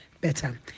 better